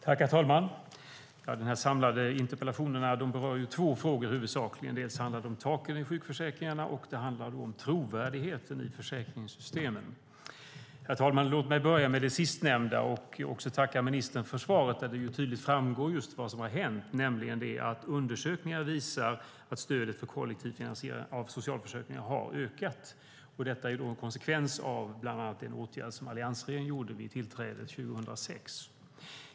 Herr talman! De samlade interpellationerna berör huvudsakligen två frågor: taken i sjukförsäkringarna och trovärdigheten i försäkringssystemen. Låt mig börja med det sistnämnda, herr talman, och även tacka ministern för svaret, där det tydligt framgår vad som har hänt, nämligen att undersökningar visat att stödet för kollektiv finansiering av socialförsäkringarna ökat, vilket bland annat är en konsekvens av den åtgärd som alliansregeringen vidtog vid tillträdet 2006.